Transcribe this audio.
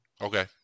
Okay